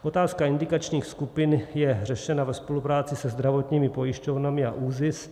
Otázka indikačních skupin je řešena ve spolupráci se zdravotními pojišťovnami a ÚZIS.